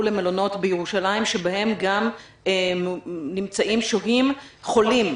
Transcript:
למלונות בירושלים שבהם גם נמצאים שוהים חולים,